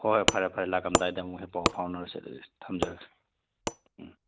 ꯍꯣꯏ ꯐꯔꯦ ꯐꯔꯦ ꯂꯥꯛꯂꯝꯗꯥꯏꯗ ꯑꯃꯨꯀ ꯍꯦꯛ ꯄꯥꯎ ꯐꯥꯎꯅꯔꯁꯤ ꯑꯗꯨꯗꯤ ꯊꯝꯖꯔꯒꯦ ꯎꯝ